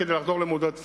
כדי לחדור למודעות הציבור.